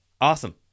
awesome